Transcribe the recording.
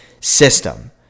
system